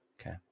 okay